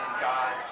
God's